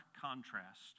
contrast